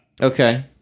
Okay